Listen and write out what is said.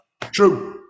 true